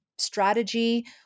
strategy